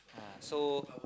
ah so